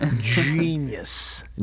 Genius